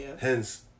Hence